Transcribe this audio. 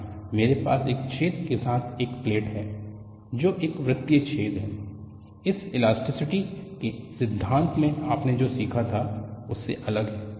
यहां मेरे पास एक छेद के साथ एक प्लेट है जो एक वृतिय छेद है यह इलास्टिसिटी के सिद्धांत में आपने जो सीखा था उससे अलग है